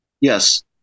Yes